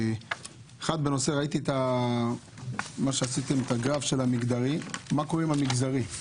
ראיתי את הגרף של המגדרי, מה קורה עם המגזרי?